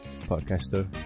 podcaster